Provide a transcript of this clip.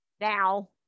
now